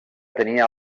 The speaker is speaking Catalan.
tenia